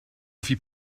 hoffi